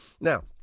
Now